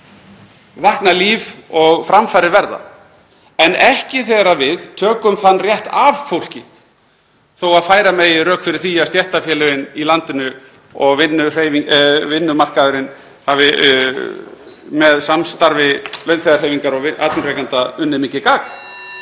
samfélaginu og framfarir verða, en ekki þegar við tökum þann rétt af fólki. Þótt færa megi rök fyrir því að stéttarfélögin í landinu og vinnumarkaðurinn hafi með samstarfi launþegahreyfingar og atvinnurekenda unnið mikið gagn